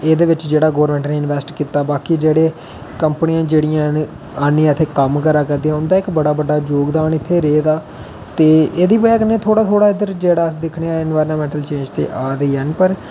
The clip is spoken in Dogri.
ऐहदे बिच जेहड़ा गवर्नमैंट ने अडजस्ट कीता बाकी जेहड़ा कंपनी जेहड़ी हैन आनियै इत्थै कम्म करा करदियां उंदा इक बड़ा बड्डा योगदान इत्थै रेहा दा ते एहदी बजह कन्नै थोह्ड़ा थोह्ड़ा इद्धर जेह्ड़ा अस दिक्खने आं इनवायरनमैंटल चेंज ते आरदी है ना पर